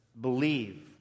Believe